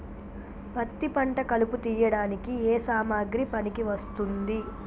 పత్తి పంట కలుపు తీయడానికి ఏ సామాగ్రి పనికి వస్తుంది?